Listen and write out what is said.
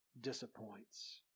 disappoints